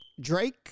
Drake